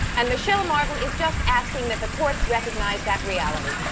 and michele marvin is just asking that the courts recognize that reality.